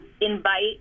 invite